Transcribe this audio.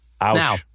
Now